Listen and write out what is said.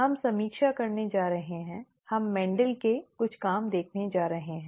हम समीक्षा करने जा रहे हैं हम मेंडल Mendel's के कुछ काम देखने जा रहे हैं